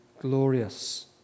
glorious